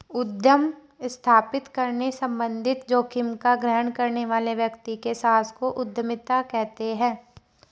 उद्यम स्थापित करने संबंधित जोखिम का ग्रहण करने वाले व्यक्ति के साहस को उद्यमिता कहते हैं